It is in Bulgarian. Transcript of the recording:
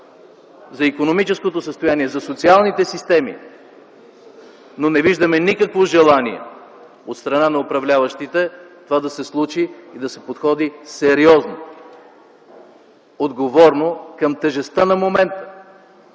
за икономическото състояние, за социалните системи, но не виждаме никакво желание от страна на управляващите това да се случи, да се подходи сериозно, отговорно към тежестта на момента.